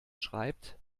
schreibt